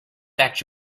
that